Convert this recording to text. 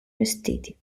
vestiti